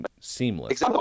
seamless